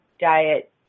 diet